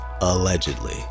Allegedly